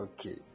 Okay